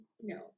No